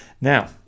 now